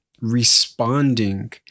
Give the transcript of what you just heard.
responding